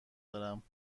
دارم